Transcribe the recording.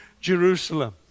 Jerusalem